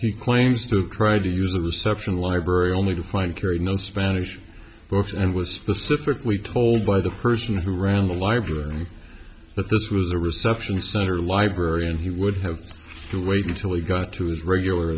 he claims to cry to use the reception library only to find carry no spanish books and was specifically told by the person who ran the library that this was a reception center library and he would have to wait until he got to his regular